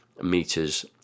meters